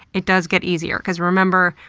it does get easier because, remember,